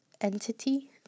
entity